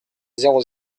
zéro